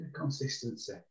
consistency